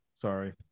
Sorry